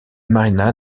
marina